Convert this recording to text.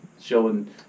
showing